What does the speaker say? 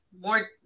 more